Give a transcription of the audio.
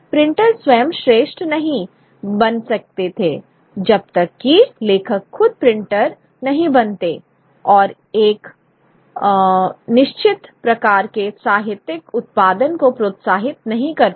printer स्वयं श्रेष्ठ नहीं बन सकते थे जब तक कि लेखक खुद प्रिंटर नहीं बनते और एक निश्चित प्रकार के साहित्यिक उत्पादन को प्रोत्साहित नहीं करते